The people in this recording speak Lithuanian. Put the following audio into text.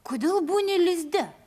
kodėl būni lizde